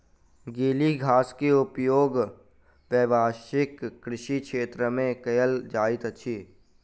गीली घास के उपयोग व्यावसायिक कृषि क्षेत्र में कयल जाइत अछि